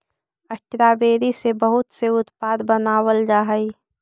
strawberry से बहुत से उत्पाद बनावाल जा हई